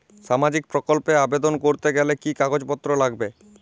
সামাজিক প্রকল্প এ আবেদন করতে গেলে কি কাগজ পত্র লাগবে?